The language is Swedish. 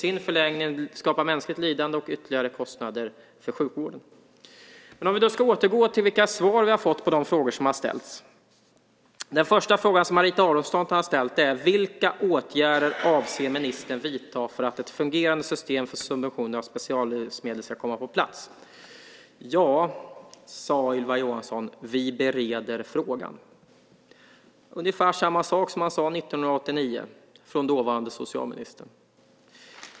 I förlängningen skapar det mänskligt lidande och ytterligare kostnader för sjukvården. Låt mig återgå till de svar vi har fått på de frågor som har ställts. Den första frågan som Marita Aronson har ställt är: Vilka åtgärder avser ministern att vidta för att ett fungerande system för subventioner av speciallivsmedel ska komma på plats? Ja, sade Ylva Johansson, vi bereder frågan. Det är ungefär samma sak som dåvarande socialministern sade 1989.